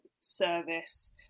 service